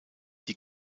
die